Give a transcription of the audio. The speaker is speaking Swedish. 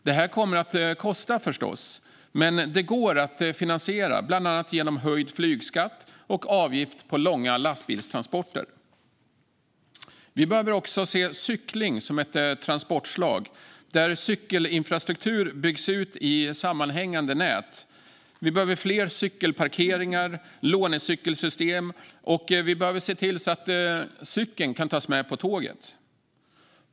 Det kommer förstås att kosta, men det går att finansiera, bland annat genom höjd flygskatt och avgift på långa lastbilstransporter. Vi behöver också se cykling som ett transportslag. Cykelinfrastrukturen ska byggas ut i sammanhängande nät, och vi behöver fler cykelparkeringar och lånecykelsystem. Vi måste också se till att cykel kan tas med på tåg.